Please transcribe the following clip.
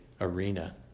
arena